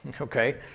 Okay